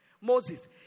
Moses